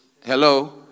Hello